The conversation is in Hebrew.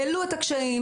העלו את הקשיים,